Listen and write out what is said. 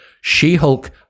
She-Hulk